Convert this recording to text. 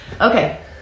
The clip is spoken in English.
Okay